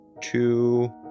Two